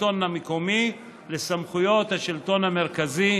השלטון המקומי לסמכויות השלטון המרכזי,